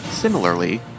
Similarly